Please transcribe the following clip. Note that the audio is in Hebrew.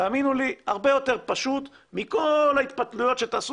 תאמינו לי הרבה יותר פשוט מכל ההתפתלויות שתעשו